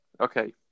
Okay